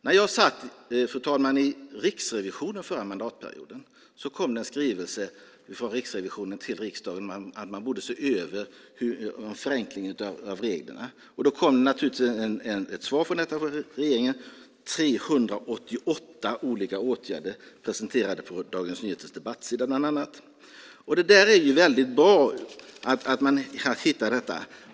När jag, fru talman, satt i Riksrevisionen förra mandatperioden kom det en skrivelse från Riksrevisionen till riksdagen om att man borde se över en förenkling av reglerna. Då kom naturligtvis ett svar från regeringen. 388 olika åtgärder presenterades på bland annat Dagens Nyheters debattsida. Det är ju väldigt bra att hitta detta.